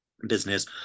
business